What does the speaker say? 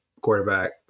quarterback